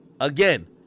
Again